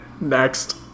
Next